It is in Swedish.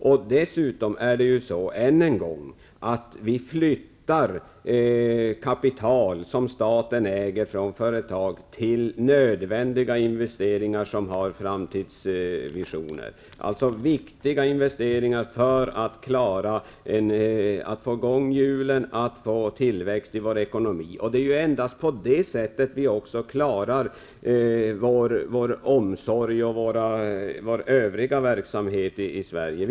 Jag vill än en gång säga att vi flyttar kapital som staten äger från företag till nödvändiga investeringar med framtidsvisioner, alltså viktiga investeringar för att få i gång hjulen, för att få tillväxt i vår ekonomi. Det är endast på det sättet vi klarar vår omsorg och vår övriga verksamhet i landet.